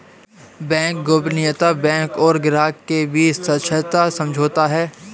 bank गोपनीयता bank और ग्राहक के बीच सशर्त समझौता है